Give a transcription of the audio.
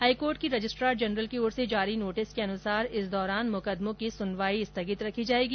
high court के registrar general की ओर से जारी नोटिस के अनुसार इस दौरान मुकदमों की सुनवाई स्थगित रखी जायेगी